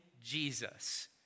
Jesus